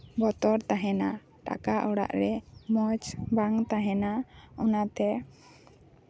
ᱵᱚᱛᱚᱨ ᱛᱟᱦᱮᱱᱟ ᱴᱟᱠᱟ ᱚᱲᱟᱜ ᱨᱮ ᱢᱚᱡᱽ ᱵᱟᱝ ᱛᱟᱦᱮᱱᱟ ᱚᱱᱟᱛᱮ